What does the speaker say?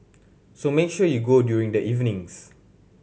so make sure you go during the evenings